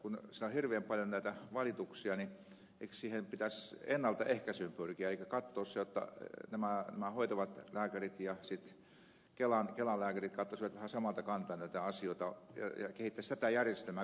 kun siellä on hirveän paljon näitä valituksia niin eikö siinä pitäisi ennaltaehkäisyyn pyrkiä ja katsoa jotta hoitavat lääkärit ja kelan lääkärit katsoisivat vähän samalta kantilta näitä asioita ja kehitettäisiin tätä järjestelmää